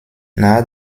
nach